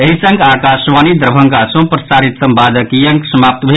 एहि संग आकाशवाणी दरभंगा सँ प्रसारित संवादक ई अंक समाप्त भेल